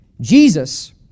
Jesus